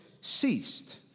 ceased